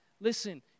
listen